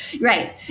Right